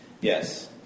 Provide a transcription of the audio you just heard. Yes